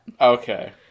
Okay